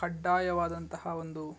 ಕಡ್ಡಾಯವಾದಂತಹ ಒಂದು